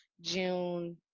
June